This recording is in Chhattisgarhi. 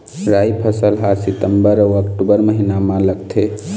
राई फसल हा सितंबर अऊ अक्टूबर महीना मा लगथे